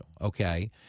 okay